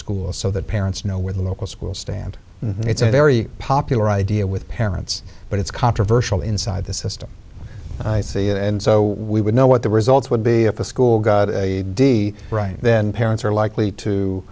school so that parents know where the local school stand and it's a very popular idea with parents but it's controversial inside the system see and so we would know what the results would be if a school got a d right then parents are likely to